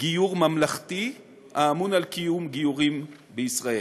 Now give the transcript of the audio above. גיור ממלכתי, האמון על קיום גיורים בישראל.